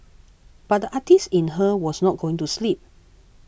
but the artist in her was not going to sleep